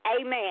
Amen